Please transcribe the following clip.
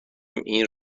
این